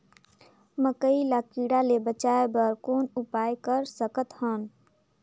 मकई ल कीड़ा ले बचाय बर कौन उपाय कर सकत हन?